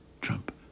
Trump